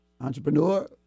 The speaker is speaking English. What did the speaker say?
entrepreneur